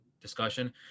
discussion